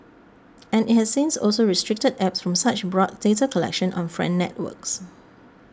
and it has since also restricted apps from such broad data collection on friend networks